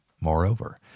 Moreover